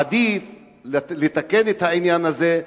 עדיף לתקן את העניין הזה,